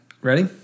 Ready